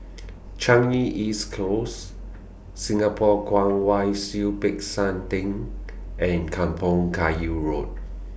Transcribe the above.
Changi East Close Singapore Kwong Wai Siew Peck San Theng and Kampong Kayu Road